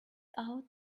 out